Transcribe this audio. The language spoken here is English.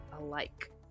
alike